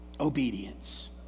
obedience